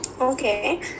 Okay